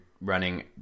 running